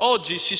Oggi si